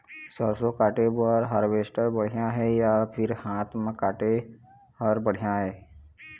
सरसों काटे बर हारवेस्टर बढ़िया हे या फिर हाथ म काटे हर बढ़िया ये?